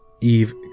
Eve